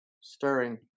stirring